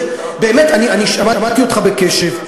באמת, אני שמעתי אותך בקשב.